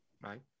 Right